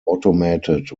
automated